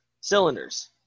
cylinders